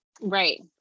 Right